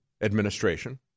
administration